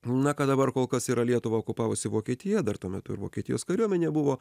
na ką dabar kol kas yra lietuvą okupavusi vokietija dar tuo metu ir vokietijos kariuomenė buvo